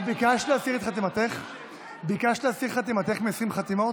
את ביקשת להסיר את חתימתך מ-20 חתימות?